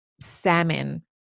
salmon